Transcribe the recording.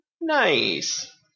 Nice